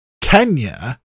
Kenya